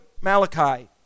Malachi